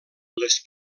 les